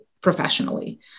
professionally